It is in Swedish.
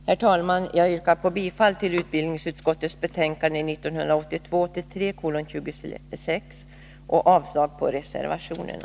Herr talman! Jag yrkar bifall till utbildningsutskottets hemställan i betänkandet 1982/83:26 och avslag på reservationerna.